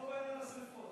זה כמו בעניין השרפות.